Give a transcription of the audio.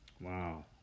Wow